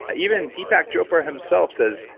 ah even deepak chopra himself says,